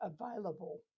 available